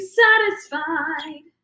satisfied